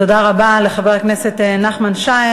תודה רבה לחבר הכנסת נחמן שי.